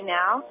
now